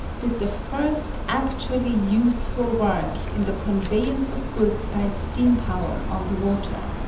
did the first actually useful work in the conveyance of goods by steam power on the water.